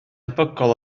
debygol